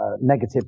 negative